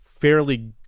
fairly